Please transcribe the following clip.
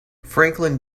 franklin